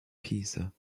pisa